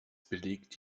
belegt